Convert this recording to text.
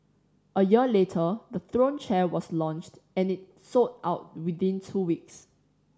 a year later the Throne chair was launched and it sold out within two weeks